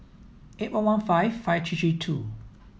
eight one one five five three three two